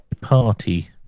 party